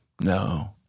No